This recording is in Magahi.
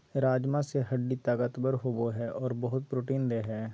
राजमा से हड्डी ताकतबर होबो हइ और बहुत प्रोटीन देय हई